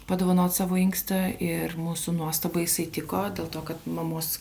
padovanot savo inkstą ir mūsų nuostabai jisai tiko dėl to kad mamos